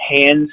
hands